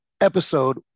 episode